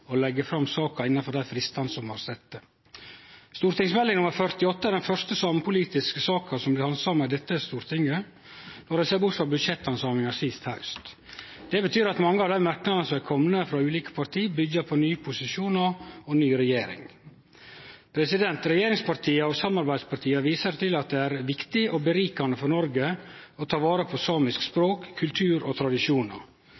fram saka innanfor dei fristane som blei sette. Meld. St. 48 for 2012–2013 er den første samepolitiske saka som blir handsama i dette Stortinget, når ein ser bort frå budsjetthandsaminga sist haust. Det betyr at mange av dei merknadene som er komne frå dei ulike partia, byggjer på nye posisjonar og ny regjering. Regjeringspartia og samarbeidspartia viser til at det er viktig og verdifullt for Noreg å ta vare på samisk